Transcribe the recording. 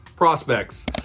prospects